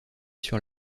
sur